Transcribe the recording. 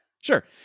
sure